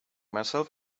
myself